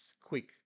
quick